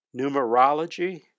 Numerology